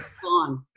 gone